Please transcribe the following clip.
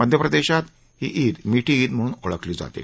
मध्यप्रदेशात ही ईद मिठी ईद म्हणून ओळखली जाते